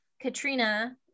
Katrina